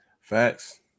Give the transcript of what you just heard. facts